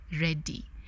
ready